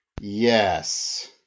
Yes